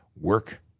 work